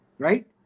Right